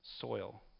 soil